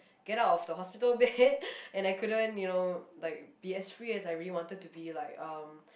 get out of the hospital bed and I couldn't you know like be as free as I really wanted to be like um